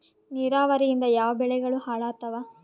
ನಿರಾವರಿಯಿಂದ ಯಾವ ಬೆಳೆಗಳು ಹಾಳಾತ್ತಾವ?